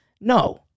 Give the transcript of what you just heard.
No